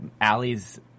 Allie's